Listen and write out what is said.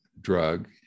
drug